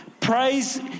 praise